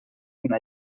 una